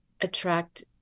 attract